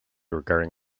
regarding